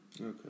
Okay